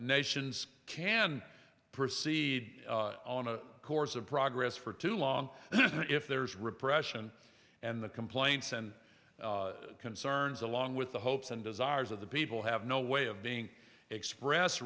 nations can proceed on a course of progress for too long if there is repression and the complaints and concerns along with the hopes and desires of the people have no way of being express